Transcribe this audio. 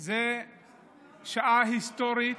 חוק שאפילו בסוריה